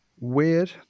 weird